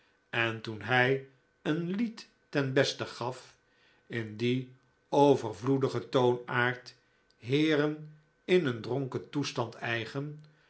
en toen hij een lied ten beste gaf in dien overgevoeligen toonaard heeren in een dronken toestand eigen